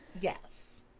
Yes